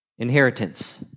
Inheritance